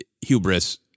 hubris